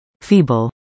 Feeble